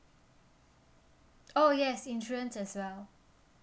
oh yes insurance as well